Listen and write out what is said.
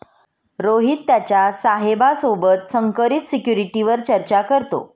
रोहित त्याच्या साहेबा सोबत संकरित सिक्युरिटीवर चर्चा करतो